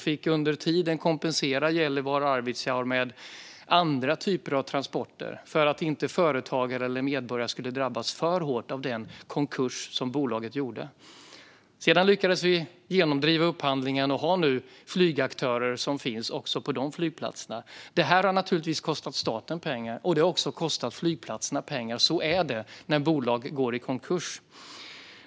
Under tiden fick vi kompensera Gällivare och Arvidsjaur med andra typer av transporter för att inte företagare eller medborgare skulle drabbas alltför hårt av den konkurs som Nextjet gjorde. Sedan lyckades vi genomdriva upphandlingen, och vi har nu flygaktörer som finns också på dessa flygplatser. Det här har naturligtvis kostat staten pengar, och det har också kostat flygplatserna pengar. Så är det när bolag går i konkurs.